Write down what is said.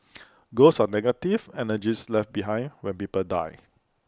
ghosts are negative energies left behind when people die